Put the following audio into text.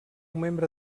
membre